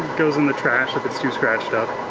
goes in the trash if it's too scratched up.